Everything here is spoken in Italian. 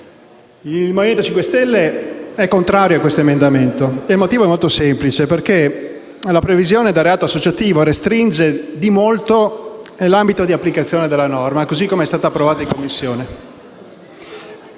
il Movimento 5 Stelle è contrario all'emendamento 1.500, perché la previsione del reato associativo restringe di molto l'ambito di applicazione della norma, così come è stata approvata in Commissione.